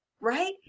right